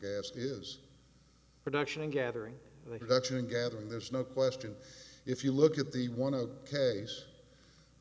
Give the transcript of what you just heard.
gas is production and gathering reduction gathering there's no question if you look at the one a case